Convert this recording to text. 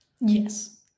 Yes